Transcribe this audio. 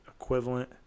equivalent